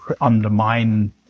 undermine